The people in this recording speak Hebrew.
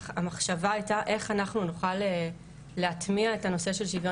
המחשבה הייתה איך אנחנו נוכל להטמיע את הנושא של שוויון